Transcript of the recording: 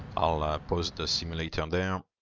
i'll pause the simulator um there. um